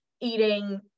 eating